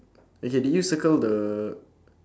okay did you circle the